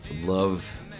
love